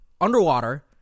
Underwater